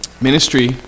Ministry